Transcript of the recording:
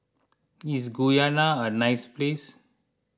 is Guyana a nice place